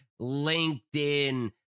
LinkedIn